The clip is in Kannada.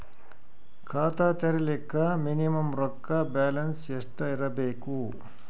ಖಾತಾ ತೇರಿಲಿಕ ಮಿನಿಮಮ ರೊಕ್ಕ ಬ್ಯಾಲೆನ್ಸ್ ಎಷ್ಟ ಇರಬೇಕು?